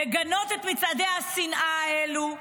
לגנות את מצעדי השנאה האלו?